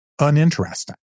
uninteresting